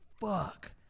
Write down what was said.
fuck